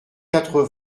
quatre